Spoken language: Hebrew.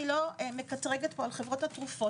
אני לא מקטרגת פה על חברות התרופות.